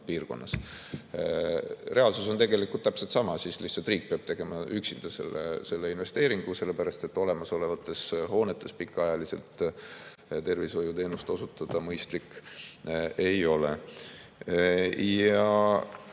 põhjapiirkonnas. Reaalsus on tegelikult täpselt sama. Siis riik lihtsalt peab tegema üksinda selle investeeringu, sellepärast et olemasolevates hoonetes pikaajaliselt tervishoiuteenust osutada mõistlik ei ole.